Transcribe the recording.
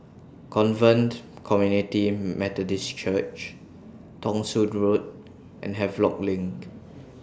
Covenant Community Methodist Church Thong Soon Road and Havelock LINK